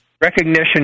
recognition